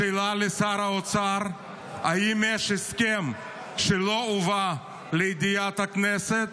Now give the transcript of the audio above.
השאלה היא לשר האוצר: האם יש הסכם שלא הובא לידיעת הכנסת,